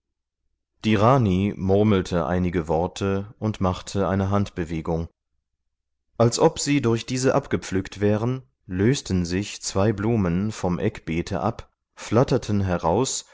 die rani murmelte einige worte und machte eine handbewegung als ob sie durch diese abgepflückt wären lösten sich zwei blumen vom eckbeete ab flatterten heraus